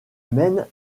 mène